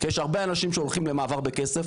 כי יש הרבה אנשים שהולכים למעבר בכסף.